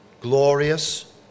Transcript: glorious